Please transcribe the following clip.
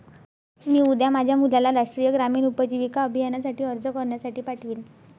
मी उद्या माझ्या मुलाला राष्ट्रीय ग्रामीण उपजीविका अभियानासाठी अर्ज करण्यासाठी पाठवीन